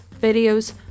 videos